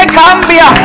cambia